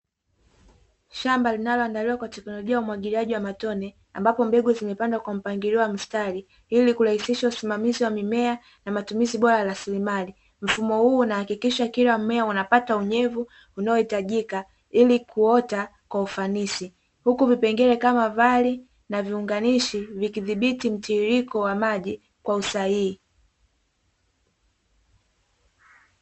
Shamba linaloandaliwa kwa teknolojia umwagiliaji wa matone, ambapo mbegu zimepanda kwa mpangilio wa mistari, ili kurahisisha usimamizi wa mimea na matumizi bora raslimali, mfumo huo na hakikisha kila mmea unapata unyevu unaohitajika, ili kuota kwa ufanisi huku vipengele kama vali na viunganishi vikidhibiti mtiririko wa maji kwa usahihi.